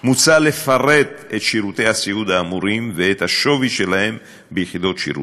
מוצע לפרט את שירותי הסיעוד האמורים ואת השווי שלהם ביחידות שירות.